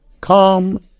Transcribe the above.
Come